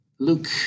Luke